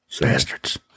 Bastards